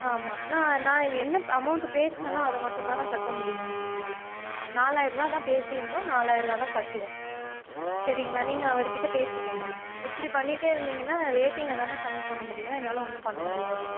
ஆமாம் நான் நான் என்ன அமௌண்ட்டு பேசினனோ அதை மட்டுந்தாண்ணா கட்ட முடியும் நாலாயிரருவாதான் பேசியிருந்தோம் நாலாயிரருவாதான் கட்டுவோம் சரிங்களா நீங்கள் அவர்கிட்ட பேசிக்கோங்க இப்படி பண்ணிகிட்டே இருந்திங்கனால் நான் ரேட்டிங்கதாண்ணா கம்மி பண்ண முடியும் என்னால் ஒன்றும் பண்ண முடியாது